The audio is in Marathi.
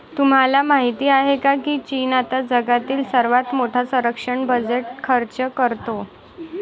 तुम्हाला माहिती आहे का की चीन आता जगातील सर्वात मोठा संरक्षण बजेट खर्च करतो?